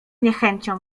niechęcią